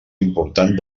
important